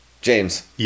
James